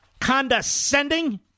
condescending